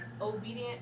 obedient